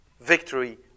victory